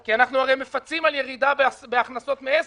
כי אנחנו הרי מפצים על ירידה בהכנסות מעסק,